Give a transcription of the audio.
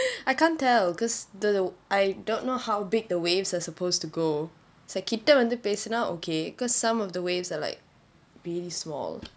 I can't tell because the the I don't know how big the waves are supposed to go it's like கிட்டே வந்து பேசுனா:kittae vanthu pesunaa okay because some of the waves are like really small